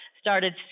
started